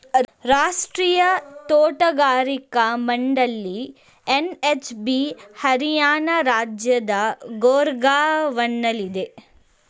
ರಾಷ್ಟ್ರೀಯ ತೋಟಗಾರಿಕಾ ಮಂಡಳಿ ಎನ್.ಎಚ್.ಬಿ ಹರಿಯಾಣ ರಾಜ್ಯದ ಗೂರ್ಗಾವ್ನಲ್ಲಿದೆ